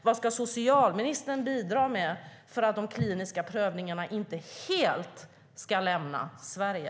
Vad ska socialministern bidra med för att de kliniska prövningarna inte helt ska lämna Sverige?